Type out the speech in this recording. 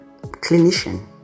clinician